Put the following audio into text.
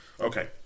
Okay